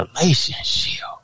relationship